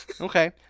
Okay